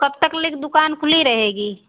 कब तक लेक दुकान खुली रहेगी